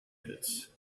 pits